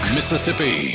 Mississippi